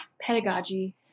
pedagogy